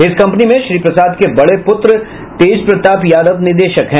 इस कंपनी में श्री प्रसाद के बड़े पुत्र तेजप्रताप यादव निदेशक है